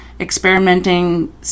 experimenting